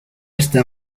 está